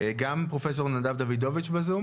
גם פרופ' נדב דוידוביץ בזום